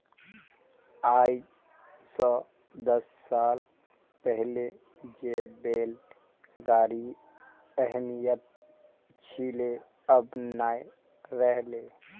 आइज स दस साल पहले जे बैल गाड़ीर अहमियत छिले अब नइ रह ले